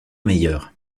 meilleures